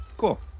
cool